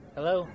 Hello